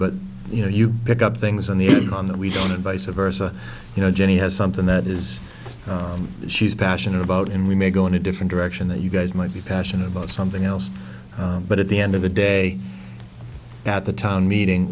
but you know you pick up things on the on that we don't advice a versa you know jenny has something that is she's passionate about and we may go in a different direction that you guys might be passionate about something else but at the end of the day at the town meeting